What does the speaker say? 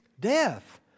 death